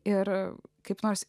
ir kaip nors